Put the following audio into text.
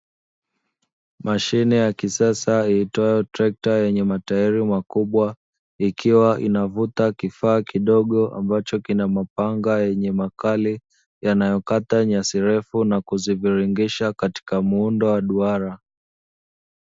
Mashine ya kisasa iitwayo trekta yenye matairi makubwa, ikiwa inavuta kifaa kidogo ambacho kina mapanga yenye makali yanayokata nyasi refu na kuziviringisha katika muundo wa duara.